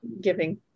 giving